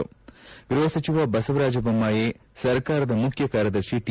ಸಭೆಯಲ್ಲಿ ಗೃಪ ಸಚಿವ ಬಸವರಾಜ ಬೊಮ್ನಾಯಿ ಸರ್ಕಾರದ ಮುಖ್ಯ ಕಾರ್ಯದರ್ತಿ ಟಿ